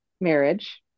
marriage